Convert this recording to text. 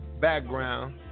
background